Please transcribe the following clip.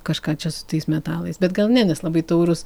kažką čia su tais metalais bet gal ne nes labai taurūs